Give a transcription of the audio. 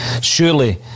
surely